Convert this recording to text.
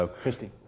Christy